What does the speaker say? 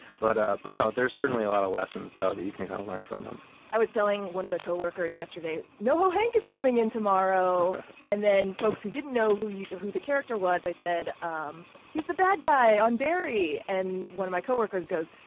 but ah but no, there's certainly a lot of lessons, though, that you can learn from them i was telling one of the coworkers yesterday noho hank is coming in tomorrow and then folks who didn't know who you who the character was, i said, um he's the bad guy on barry. and one of my coworkers goes,